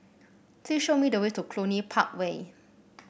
please show me the way to Cluny Park Way